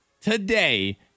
today